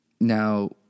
Now